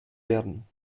werden